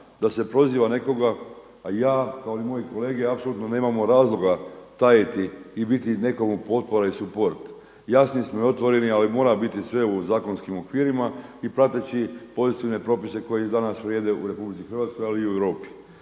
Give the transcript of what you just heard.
da se proziva nekoga, a ja kao i moji kolege apsolutno nemamo razloga tajiti i biti nekome potpora i suport, jasni smo i otvoreni ali mora biti sve u zakonskim okvirima i prateći pozitivne propise koji danas vrijede u RH, ali i u Europi.